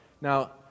Now